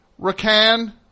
Rakan